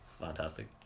fantastic